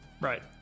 Right